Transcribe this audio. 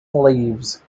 leaves